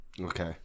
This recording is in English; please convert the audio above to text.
Okay